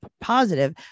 positive